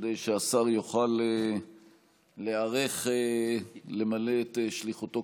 כדי שהשר יוכל להיערך למלא את שליחותו,